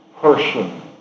person